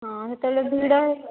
ହଁ ସେତେବେଳେ ଭିଡ଼